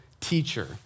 teacher